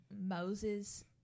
Moses